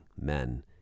men